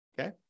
Okay